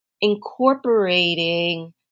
Incorporating